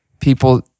people